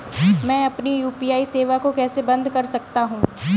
मैं अपनी यू.पी.आई सेवा को कैसे बंद कर सकता हूँ?